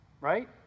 Right